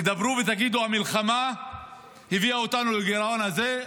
דברו והגידו שהמלחמה הביאה אותנו לגירעון הזה?